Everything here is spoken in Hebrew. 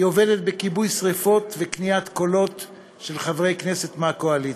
היא עובדת בכיבוי שרפות ובקניית קולות של חברי כנסת מהקואליציה.